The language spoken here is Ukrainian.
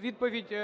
відповідь